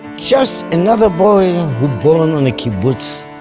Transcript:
just another boy who born on a kibbutz.